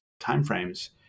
timeframes